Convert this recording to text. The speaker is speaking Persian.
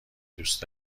دوست